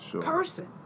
person